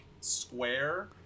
square